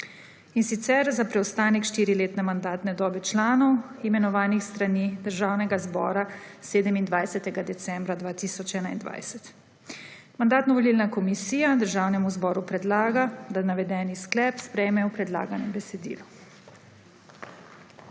in sicer za preostanek štiriletne mandante dobe članov imenovanih s strani Državnega zbora 27. decembra 2021. Mandatno-volilna komisija Državnemu zboru predlaga, da navedeni sklep sprejme v predlaganem besedilu.